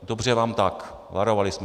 Dobře vám tak, varovali jsme vás.